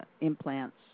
Implants